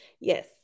Yes